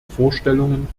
vorstellungen